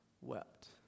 wept